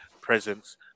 presence